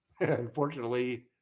Unfortunately